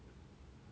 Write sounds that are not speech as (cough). (breath)